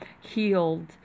healed